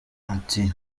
ati